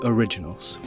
Originals